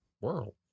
world